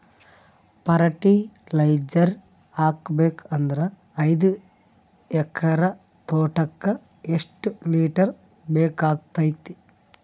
Fertiliser ಹಾಕಬೇಕು ಅಂದ್ರ ಐದು ಎಕರೆ ತೋಟಕ ಎಷ್ಟ ಲೀಟರ್ ಬೇಕಾಗತೈತಿ?